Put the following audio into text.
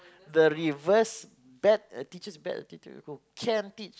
the reverse pet teacher pet can teach